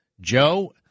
Joe